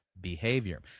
behavior